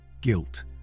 Guilt